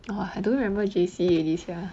!wah! I don't remember J_C already sia